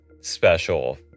special